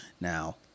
Now